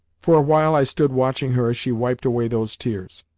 for a while i stood watching her as she wiped away those tears.